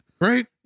Right